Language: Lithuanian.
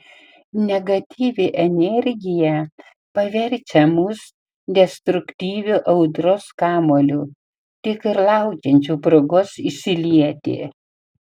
negatyvi energija paverčia mus destruktyviu audros kamuoliu tik ir laukiančiu progos išsilieti